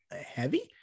heavy